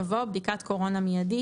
יבוא: ""בדיקת קורונה מידית",